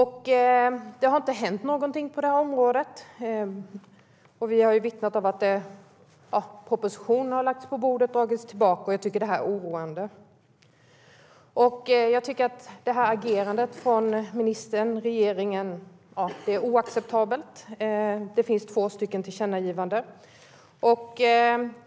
Det har inte hänt någonting på området. Vi har vittnat om att propositioner har lagts på bordet och dragits tillbaka. Det är oroande. Agerandet från ministern och regeringen är oacceptabelt. Det finns två tillkännagivanden.